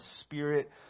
Spirit